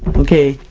okay,